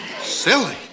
Silly